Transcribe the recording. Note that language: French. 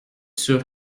sûr